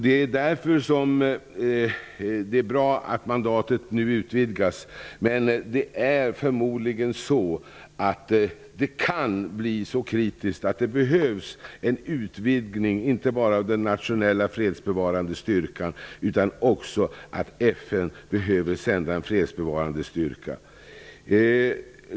Det är därför som det är bra att mandatet nu utvidgas, men det kan förmodligen bli så kritiskt att det behövs inte bara en utvidgning av den nationella fredsbevarande styrkan utan också att FN behöver sända en fredsbevarande styrka.